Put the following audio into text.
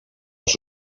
als